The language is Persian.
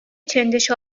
چندش